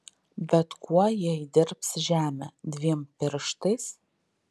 bet kuo jie įdirbs žemę dviem pirštais